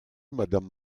madame